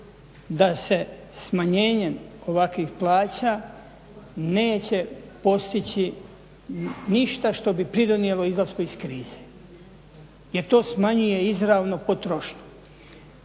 da se smanjenjem ovakvih plaća neće postići ništa što bi pridonijelo izlasku iz krize jer to smanjuje izravnu potrošnju.